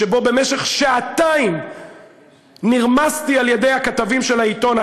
שבו במשך שעתיים נרמסתי על-ידי הכתבים של העיתון,